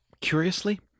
Curiously